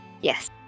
Yes